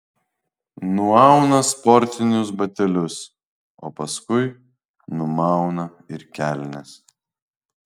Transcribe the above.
nuauna sportinius batelius o paskui numauna ir kelnes